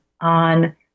on